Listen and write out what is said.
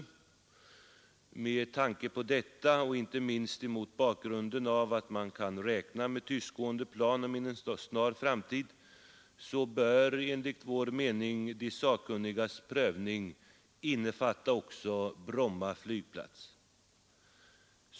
Med tanke på detta och inte minst mot bakgrunden av att man kan räkna med tystgående plan inom en snar framtid bör enligt vår mening de sakkunnigas prövning innefatta också Bromma flygplats.